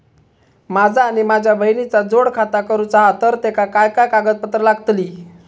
माझा आणि माझ्या बहिणीचा जोड खाता करूचा हा तर तेका काय काय कागदपत्र लागतली?